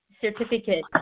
certificate